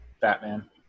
batman